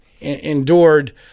endured